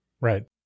right